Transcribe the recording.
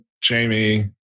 Jamie